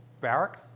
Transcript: Barak